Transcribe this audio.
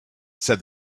said